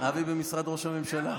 אבי במשרד ראש הממשלה.